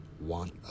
want